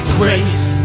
grace